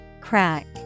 Crack